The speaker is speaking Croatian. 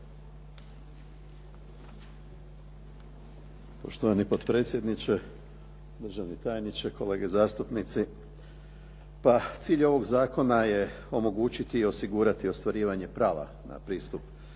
Poštovani potpredsjedniče, državni tajniče, kolege zastupnici. Cilj ovog zakona je omogućiti osigurati ostvarivanje prava na pristup